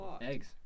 Eggs